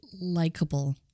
likable